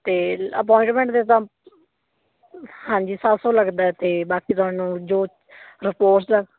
ਅਤੇ ਅਪੋਆਇੰਟਮੈਂਟ ਦੇ ਤਾਂ ਹਾਂਜੀ ਸੱਤ ਸੌ ਲੱਗਦਾ ਅਤੇ ਬਾਕੀ ਤੁਹਾਨੂੰ ਜੋ ਰਿਪੋਰਟਸ ਦਾ